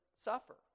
suffer